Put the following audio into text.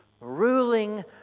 ruling